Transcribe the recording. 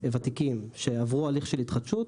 וותיקים שעברו הליך של התחדשות,